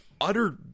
utter